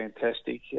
fantastic